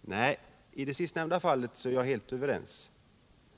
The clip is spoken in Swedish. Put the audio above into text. Nej, beträffande by Nr 42 råkratin är jag helt överens med herr Bohman.